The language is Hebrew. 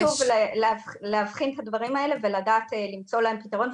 אז חשוב שוב להבחין את הדברים האלה ולדעת למצוא להם פתרון,